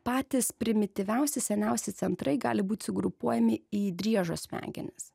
patys primityviausi seniausi centrai gali būt sugrupuojami į driežo smegenis